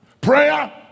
Prayer